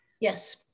Yes